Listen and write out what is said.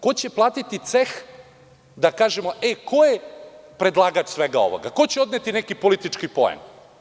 Ko će platiti ceh da kažemo – e, ko je predlagač svega ovoga, ko će odneti neki politički poen?